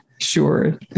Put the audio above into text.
sure